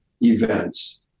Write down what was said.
events